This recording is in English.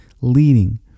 leading